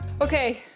Okay